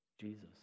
Jesus